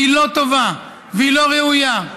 היא לא טובה והיא לא ראויה.